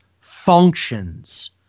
functions